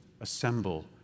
assemble